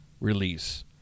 release